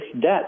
debt